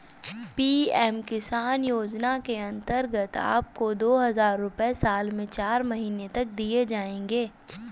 PM Kisan योजना के अंतर्गत आपको दो हज़ार रुपये साल में चार महीने तक दिए जाएंगे